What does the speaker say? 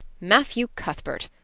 matthew cuthbert,